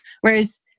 Whereas